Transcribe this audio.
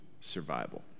survival